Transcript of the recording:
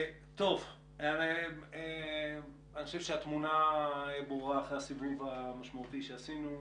אני חושב שהתמונה ברורה אחרי הסיבוב המשמעותי שעשינו.